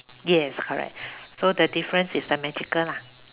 yes correct so the difference is the magical lah